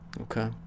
Okay